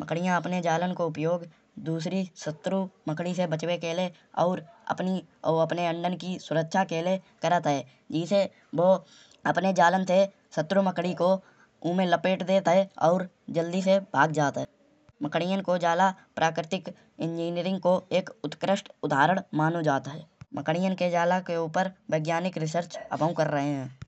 मकड़िया अपने जालान को उपयोग दुसरी सतर्रो मकड़ी से बचाव के लिए और अपनी और अपने अंडान की सुरक्षा के लिए करत है। जेसे वो अपने जालान से सतर्रो मकड़ी को ऊमे लपेट देते है। और जल्दी से भाग जात है। मकड़ियाँ को जाला प्राकृतिक इंजीनियरिंग को एक उत्कृष्ट उदाहरण मानो जात है। मकड़ियाँ के जालान के ऊपर वैज्ञानिक रिसर्च अभी कर रहे हैं।